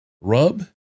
rub